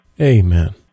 Amen